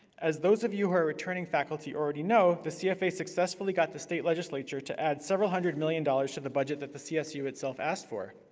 as those of you who are returning faculty already know, the cfa successfully got the state legislature to add several hundred million dollars to the budget that the csu itself asked for.